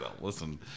listen